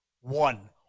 one